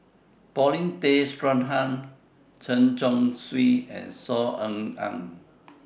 Paulin Tay Straughan Chen Chong Swee and Saw Ean Ang